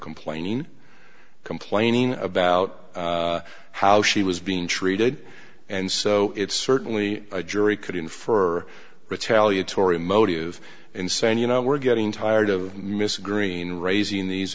complaining complaining about how she was being treated and so it's certainly a jury could infer retaliatory motive in saying you know we're getting tired of mr green raising these